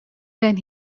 when